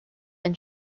and